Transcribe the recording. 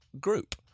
group